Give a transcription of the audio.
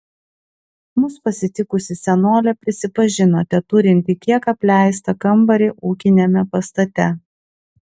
mus pasitikusi senolė prisipažino teturinti kiek apleistą kambarį ūkiniame pastate